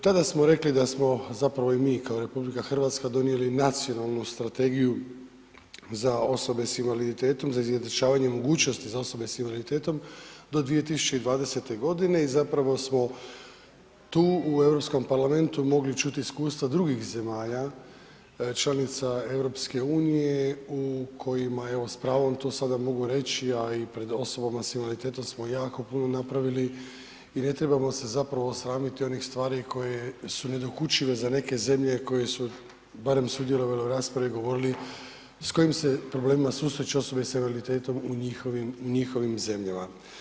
Tada smo rekli da smo zapravo i mi kao RH donijeli nacionalnu Strategiju za osobe sa invaliditetom za izjednačavanje mogućnosti za osobe sa invaliditetom do 2020. g. i zapravo smo tu u Europskom parlamentu mogli čuti iskustva drugih zemalja članica EU-a u kojima evo s pravom o sada mogu reći a i pred osobama sa invaliditetom smo jako puno napravili i ne trebamo se zapravo sramiti onih stvari koje su nedokučive za neke zemlje koje su barem sudjelovale u raspravi govorili s kojim se problemima susreću osobe sa invaliditetom u njihovim zemljama.